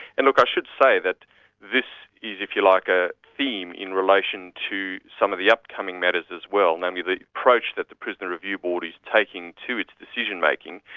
and look, i should say that this is, if you like, a theme in relation to some of the upcoming matters as well, namely the approach that the prisoner review board is taking to its decision-making,